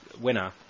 winner